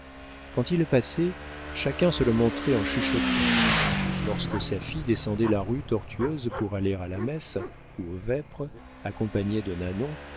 quand il passait chacun se le montrait en chuchotant lorsque sa fille descendait la rue tortueuse pour aller à la messe ou à vêpres accompagnée de